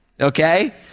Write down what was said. Okay